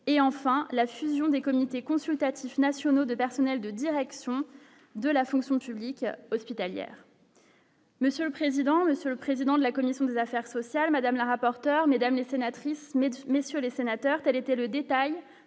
et enfin la fusion des comités consultatifs nationaux, des personnels de direction de la fonction publique hospitalière. Monsieur le président, le seul président de la commission des affaires sociales Madame la rapporteur mesdames et sénatrice de messieurs les sénateurs, quel était le détail